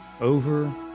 Over